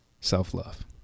self-love